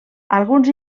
alguns